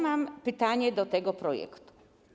Mam pytania do tego projektu.